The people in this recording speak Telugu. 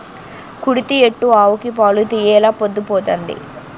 కుడితి ఎట్టు ఆవుకి పాలు తీయెలా పొద్దు పోతంది